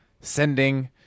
sending